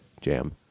jam